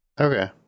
Okay